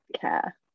care